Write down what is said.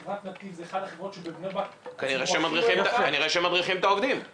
חברת נתיב זו אחת החברות שבבני ברק --- כנראה שמדריכים את העובדים,